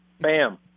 Bam